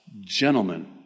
gentlemen